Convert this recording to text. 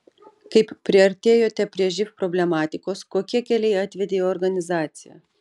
kaip priartėjote prie živ problematikos kokie keliai atvedė į organizaciją